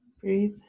Breathe